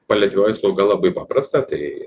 paliatyvioji slauga labai paprasta tai